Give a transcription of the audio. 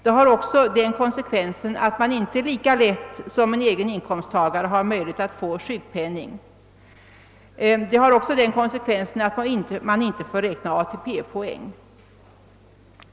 Det har också den konsekvensen att man inte lika lätt som en egen inkomsttagare har möjlighet att få sjukpenning. Man får heller inte räkna ATP-poäng.